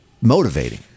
motivating